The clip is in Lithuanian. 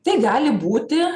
tai gali būti